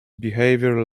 behavior